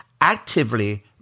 actively